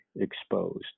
exposed